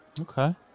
Okay